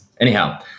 anyhow